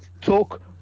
talk